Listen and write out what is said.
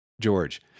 George